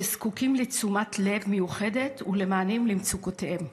שזקוקים לתשומת לב מיוחדת ולמענים למצוקותיהם.